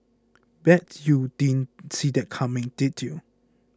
bet you you didn't see that coming did you